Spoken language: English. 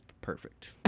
perfect